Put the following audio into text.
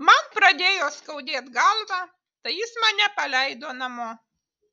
man pradėjo skaudėt galvą tai jis mane paleido namo